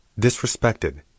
disrespected